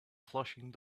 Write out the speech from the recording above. flashing